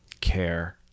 care